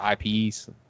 IPs